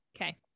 okay